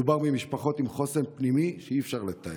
מדובר במשפחות עם חוסן פנימי שאי-אפשר לתאר.